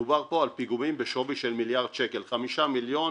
מדובר פה על פיגומים בשווי של מיליארד שקל; 5 מיליון